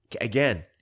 Again